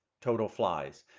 total flies.